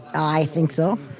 i think so.